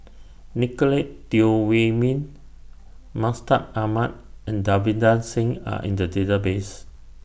Nicolette Teo Wei Min Mustaq Ahmad and Davinder Singh Are in The Database